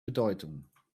bedeutung